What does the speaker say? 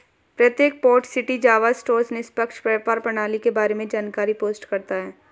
प्रत्येक port city Java store निष्पक्ष व्यापार प्रणाली के बारे में जानकारी पोस्ट करता है